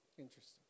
interesting